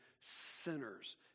sinners